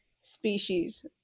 Species